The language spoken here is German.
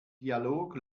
dialog